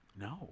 No